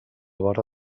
vora